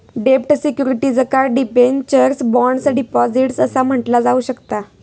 डेब्ट सिक्युरिटीजका debentures, bonds, deposits असा म्हटला जाऊ शकता